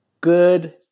good